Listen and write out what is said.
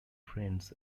friends